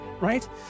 right